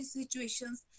situations